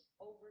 over